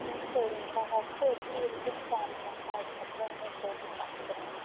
ம் சரிங்கக்கா ஃபர்ஸ்ட்டு எப்படி இருக்குன்னு காமிங்கங்கக்கா அதற்கப்பறம் வந்து போட்டு காமிக்கறேன்